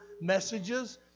messages